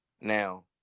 Now